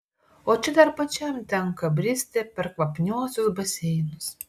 o čia dar pačiam tenka bristi per kvapniuosius baseinus